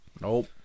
Nope